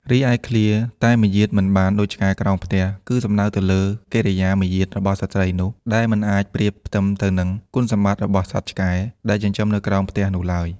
រីឯឃ្លា "តែមាយាទមិនបានដូចឆ្កែក្រោមផ្ទះ" គឺសំដៅទៅលើកិរិយាមារយាទរបស់ស្ត្រីនោះ ដែលមិនអាចប្រៀបផ្ទឹមទៅនឹងគុណសម្បត្តិរបស់សត្វឆ្កែដែលចិញ្ចឹមនៅក្រោមផ្ទះនោះឡើយ។